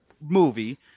movie